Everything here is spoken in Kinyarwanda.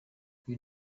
uyu